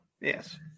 Yes